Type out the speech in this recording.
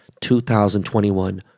2021